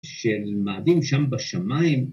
‫של מאדים שם בשמיים.